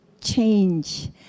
change